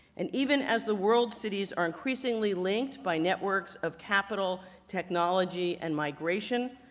and even as the world cities are increasingly linked by networks of capital, technology, and migration,